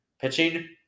Pitching